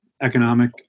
economic